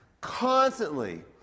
Constantly